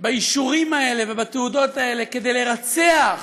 באישורים האלה ובתעודות האלה כדי לרצח